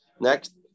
next